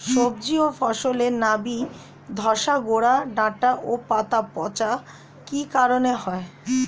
সবজি ও ফসলে নাবি ধসা গোরা ডাঁটা ও পাতা পচা কি কারণে হয়?